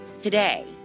today